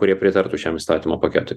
kurie pritartų šiam įstatymo paketui